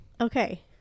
okay